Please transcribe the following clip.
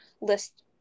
List